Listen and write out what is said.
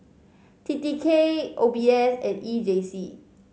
T T K O B S and E J C